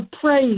praise